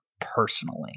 personally